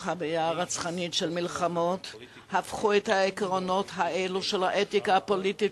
החוויה הרצחנית של מלחמות הפכה את העקרונות האלה של האתיקה הפוליטית